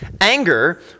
anger